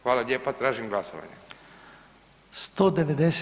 Hvala lijepa, tražim glasovanje.